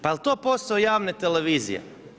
Pa jel to posao javne televizije?